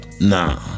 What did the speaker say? Nah